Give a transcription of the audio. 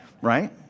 right